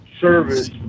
service